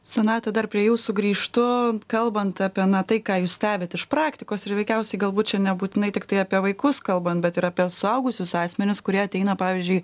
sonata dar prie jūsų grįžtu kalbant apie na tai ką jūs stebit iš praktikos ir veikiausiai galbūt čia nebūtinai tiktai apie vaikus kalbant bet ir apie suaugusius asmenis kurie ateina pavyzdžiui